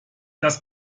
das